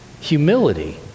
humility